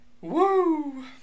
Woo